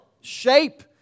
shape